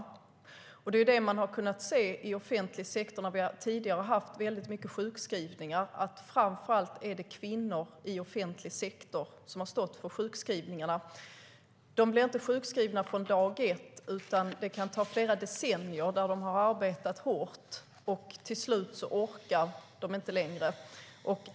Det är det här man har kunnat se i offentlig sektor när vi tidigare har haft mycket sjukskrivningar: Det är framför allt kvinnor i offentlig sektor som har stått för sjukskrivningarna. De blir inte sjukskrivna från dag ett, utan det kan ta flera decennier. De har arbetat hårt, och till slut orkar de inte längre.